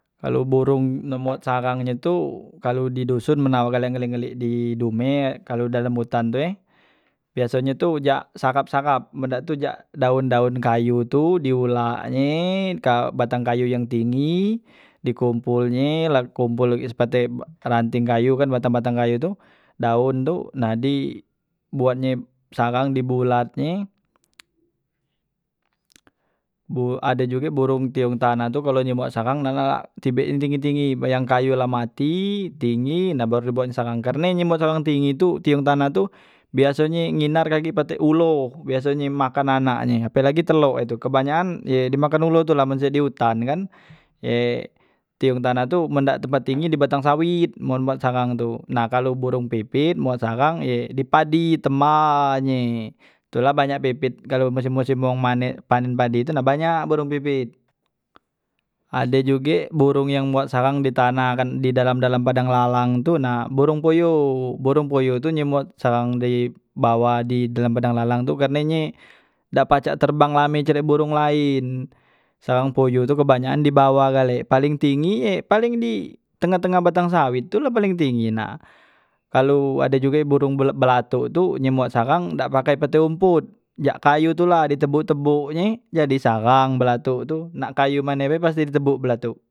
Kalo burong nemu sarang nye tu kalu di doson men nau ngelik ngelik di dumeh kalu dalam utan tu ye biasonye tu jak sarap sarap men dak tu jak daon daon kayu tu di ulak nye batang kayu yang tinggi di kompol nye la ke kompol la sekate ranting kayu kan batang batang kayu tu daon tu nah di buatnye sarang di bulat nye ade juga burung tiyung tanah kalu ye buat sarang galak mbek nye yang tinggi tinggi men kayu la mati tinggi nah baru ye buatnye sarang karne men ye buat sarang tinggi tu tiyung tanah tu biasonye ngindar kagek patok ulo biasonye makan anak nye apelagi telok ye tu kebanyakan ye di makan ulo tula ye di hutan kan ye tiyung tanah tu men dak tempat tinggi di batang sawit men buat sarang tu nah kalu burong pipit buat sarang ye di padi temah nye tula banyak bibit kalu musim musim wong manen panen padi tu na banyak burong pipit ade juge burong yang buat sarang di tanah kan di dalam dalam padang lalang tu nah burong puyoh nah borng puyoh tu nye buat sarang di bawah di dalam padang lalang tu karne nye dak pacak terbang lame cak burong laen sarang poyoh tu kebanyakan di bawah gale paling tinggi ye paling di tengah tengah batang sawit itulah paling tinggi nah kalu ade juge burong bul- belatuk tu nye mbuat sarang dak pakek peti hompot jak kayu tula di tebok tebok nye jadi sarang belatuk tu nak kayu mane be pasti di tebok belatuk.